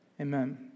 Amen